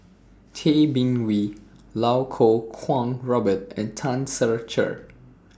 Tay Bin Wee Iau Kuo Kwong Robert and Tan Ser Cher